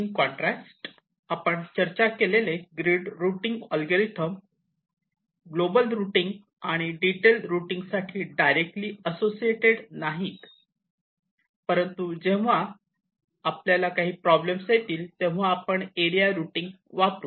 in contrast आपण चर्चा केलेले grid routing algorithm global routing आणि डिटेल रुटींग साठी डायरेक्टली असोसिएटेड नाहीत परंतु जेव्हा आपल्याला काही प्रॉब्लेम येतील तेव्हा आपण एरिया रुटींग वापरू